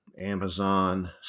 Amazon